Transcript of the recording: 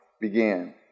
began